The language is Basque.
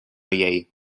horiei